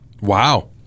Wow